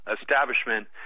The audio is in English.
establishment